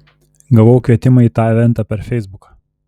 gavau kvietimą į tą eventą per feisbuką